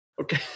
Okay